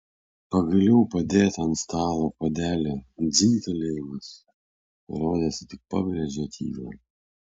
pagaliau padėto ant stalo puodelio dzingtelėjimas rodėsi tik pabrėžė tylą